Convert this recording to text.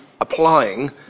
applying